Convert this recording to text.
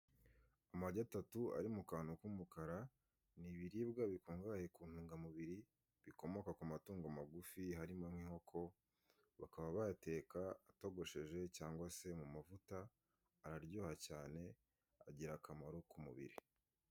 Amajyi atatu ari mu kantu k'umukara ni ibiribwa bikungahaye ku ntungamubiri bikomoka kumatungo magufi arimo nk'inkoko bakaba bayateka mumafuta cyangwa se atogosheje araryoha cyane agira akamaro ku mubiri.